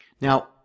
Now